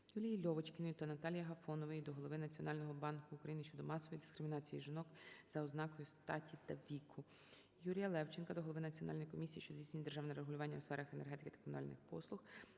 ЮліїЛьовочкіної та Наталії Агафонової до Голови Національного банку України щодо масової дискримінації жінок за ознакою статі та віку. ЮріяЛевченка до Голови Національної комісії, що здійснює державне регулювання у сферах енергетики та комунальних послуг,